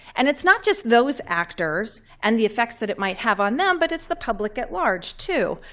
and it's not just those actors and the effects that it might have on them, but it's the public at large, too,